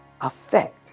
affect